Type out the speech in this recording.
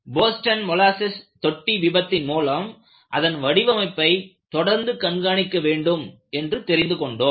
Boston molasses தொட்டி விபத்தின் மூலம் அதன் வடிவமைப்பை தொடர்ந்து கண்காணிக்க வேண்டும் என்று தெரிந்துகொண்டோம்